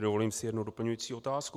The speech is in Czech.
Dovolím si jednu doplňující otázku.